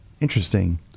Interesting